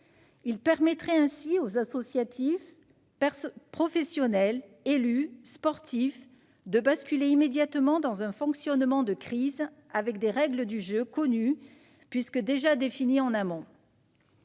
Il permettrait aux associatifs, aux professionnels, aux élus et aux sportifs de basculer immédiatement dans un fonctionnement de crise, avec des règles du jeu connues, puisque déjà définies en amont.